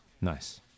Nice